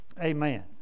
Amen